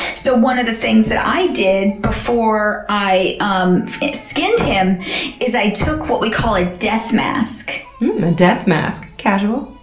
so one of the things that i did before i um skinned him is i took what we call a death mask. mmm a death mask! casual.